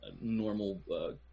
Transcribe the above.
normal